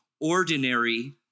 ordinary